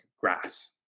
grass